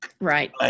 Right